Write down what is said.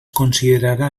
considerarà